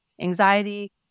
anxiety